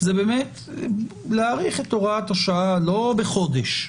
זה להאריך את הוראת השעה לא בחודש.